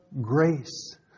grace